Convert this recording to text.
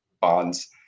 bonds